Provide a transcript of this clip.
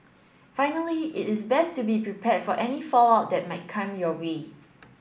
finally it is best to be prepared for any fallout that might come your way